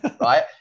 right